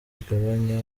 igabanya